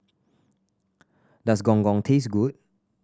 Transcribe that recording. does Gong Gong taste good